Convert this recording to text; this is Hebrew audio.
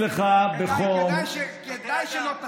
כדאי שלא תטיף.